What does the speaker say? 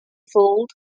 fooled